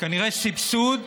כנראה סבסוד,